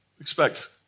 Expect